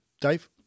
Dave